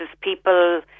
people